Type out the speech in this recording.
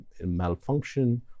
malfunction